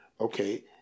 Okay